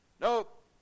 Nope